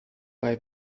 bei